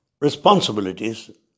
responsibilities